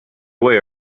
way